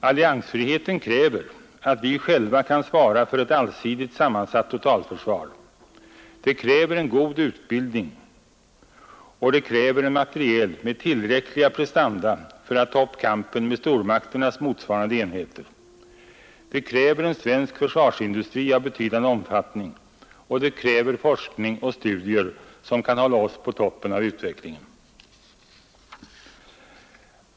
Alliansfrihet kräver att vi själva kan svara för ett allsidigt sammansatt totalförsvar. Det kräver god utbildning och det kräver materiel med tillräckliga prestanda för att ta upp kampen med stormakternas motsvarande enheter, det kräver en svensk försvarsindustri av betydande omfattning, det kräver forskning och studier som kan hålla oss på toppen av utvecklingen.